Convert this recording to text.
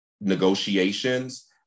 negotiations